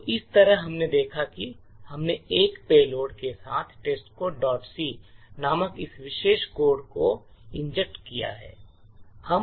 तो इस तरह हमने देखा कि हमने एक पेलोड के साथ testcodec नामक इस विशेष कोड को इंजेक्ट किया है